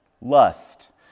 lust